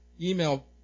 email